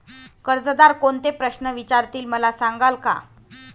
कर्जदार कोणते प्रश्न विचारतील, मला सांगाल का?